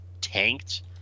tanked